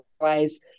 Otherwise